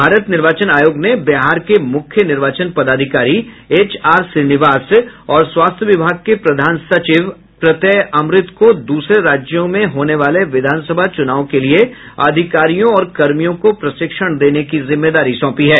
भारत निर्वाचन आयोग ने बिहार के मुख्य निर्वाचन पदाधिकारी एच आर श्रीनिवास और स्वास्थ्य विभाग के प्रधान सचिव प्रत्यय अमृत को दूसरे राज्यों में होने वाले विधान सभा चुनाव के लिये अधिकारियों और कर्मियों को प्रशिक्षण देने की जिम्मेदारी सौंपी है